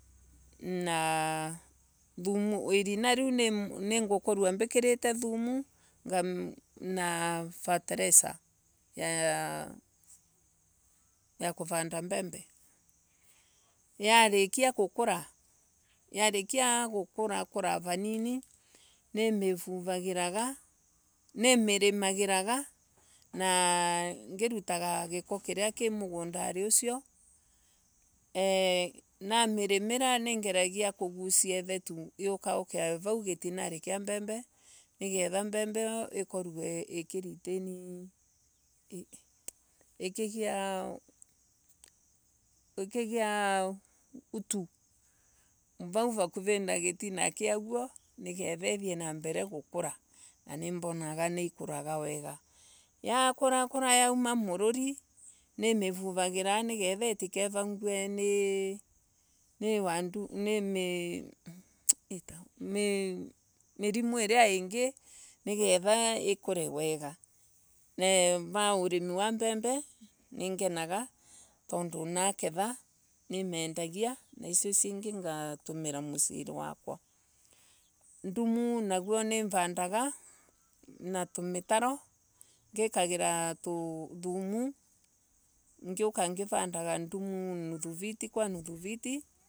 Naaaaa thumu īrina nīu nīngūkoroa mbīkīrīte thumu na fertilizer ya ya kūvanda mbembe. Yarīkia gūkūra Yarīkia gūkūra kūrra vanini nīmīrīmīraga na ngīrutagīra gīo kiria. kī mūgūndainī ūcio. Namirimira ningeragia kūgucia īthetu rīukauke vau gītina kīa mbembe nigetha mbembe īyo īkorwe īkīretain īkīgia īkigia utu vau vakūvīī na gītina kīa guo nigetha ithie na mbere na gūkūra na ni monaga nī ikūraga wega. Yakura yauma mūruri nīmīvuvagīra nīgetha ītikevangwe nīīnīī wa nī mīrimū iria īngī nīgetha ikure wega. Eee va ūrīīmi wa mbembe nīngenaga tondu naketha nīmendagia na icio ciīngī ngatūmīra mūciīnī wakwa. Ndumu naguo nimvondaga na tūmītaro ngīkagīra thumu ngīūka ngīvanda ndumu nuthu viti kwa nuthu viti